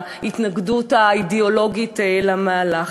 בהתנגדות האידיאולוגית למהלך.